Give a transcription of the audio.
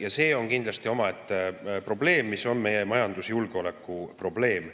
Ja see on kindlasti omaette probleem, mis on ka meie majandusjulgeoleku probleem.